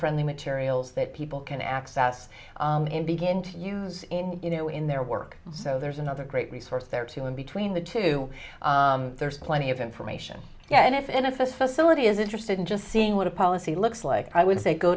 friendly materials that people can access and begin to use in you know in their work so there's another great resource there too and between the two there's plenty of information yet if in a facility is interested in just seeing what a policy looks like i would say go